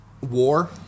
war